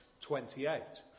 28